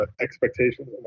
expectations